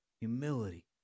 Humility